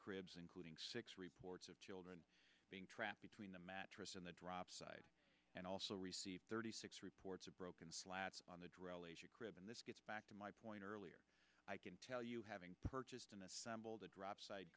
cribs including six reports of children being trapped between the mattress and the drop side and also received thirty six reports of broken slats on the crib and this gets back to my point earlier i can tell you having purchased an assembled a drop side